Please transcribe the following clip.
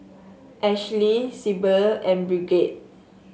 Ashley Sibyl and Bridgette